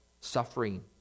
suffering